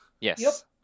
Yes